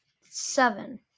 seven